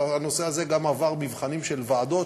הנושא הזה גם עבר מבחנים של ועדות,